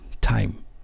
time